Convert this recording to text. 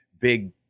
big